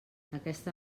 aquesta